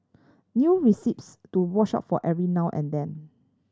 new recipes to watch out for every now and then